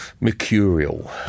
Mercurial